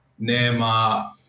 Neymar